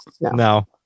No